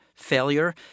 failure